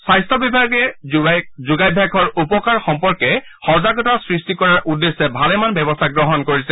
স্বাস্থ্য বিভাগে যোগাভ্যাসৰ উপকাৰ সম্পৰ্কে সজাগতা সৃষ্টি কৰাৰ উদ্দেশ্যে ভালেমান ব্যৱস্থা গ্ৰহণ কৰিছে